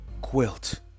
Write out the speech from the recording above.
quilt